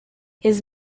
his